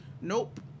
Nope